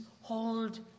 hold